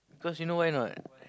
cause you know why not